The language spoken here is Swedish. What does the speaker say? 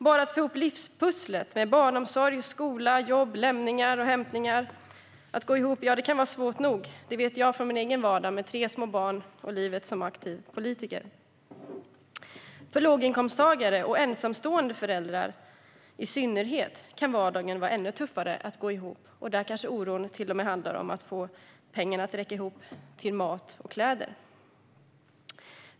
Bara att få ihop livspusslet med barnomsorg, skola, jobb, lämningar och hämtningar kan vara svårt nog; det vet jag från min egen vardag med tre små barn och livet som aktiv politiker. För låginkomsttagare och i synnerhet för ensamstående föräldrar kan det vara ännu tuffare att få vardagen att gå ihop. Där kan det också finnas en oro för att få pengarna att räcka till mat och kläder.